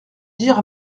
dire